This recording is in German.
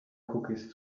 cookies